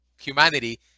Humanity